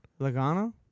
Logano